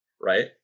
right